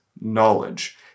knowledge